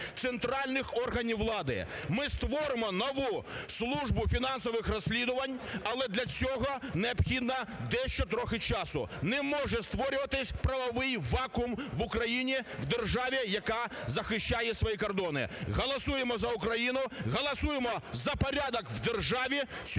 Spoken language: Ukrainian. центральних органів влади. Ми створимо нову службу фінансових розслідувань, але для цього необхідно дещо трохи часу. Не може створюватися правовий вакуум в Україні, в державі, яка захищає свої кордони. Голосуємо за Україну! Голосуємо за порядок в державі,